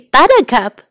Buttercup